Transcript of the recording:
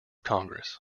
congress